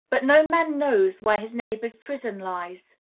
but no man knows where his neighbor's prison lies.